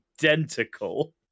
identical